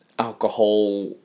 Alcohol